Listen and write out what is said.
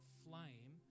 flame